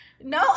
No